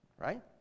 right